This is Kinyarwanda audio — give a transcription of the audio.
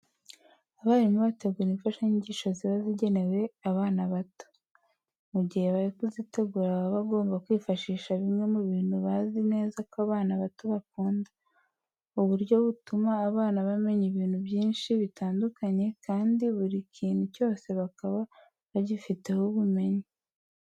Abarimu bategura imfashanyigisho ziba zigenewe abana bato. Mu gihe bari kuzitegura baba bagomba kwifashisha bimwe mu bintu bazi neza ko abana bato bakunda. Ubu buryo butuma abana bamenya ibintu byinshi bitandukanye kandi buri kintu cyose bakaba bagifiteho ubumenyi.